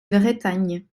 bretagne